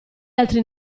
altri